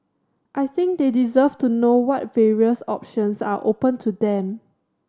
I think they deserve to know what various options are open to them